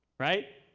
right?